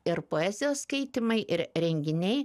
ir poezijos skaitymai ir renginiai